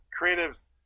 creatives